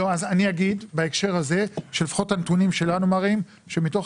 אז אני אגיד בהקשר הזה שלפחות הנתונים שלנו מראים שמתוך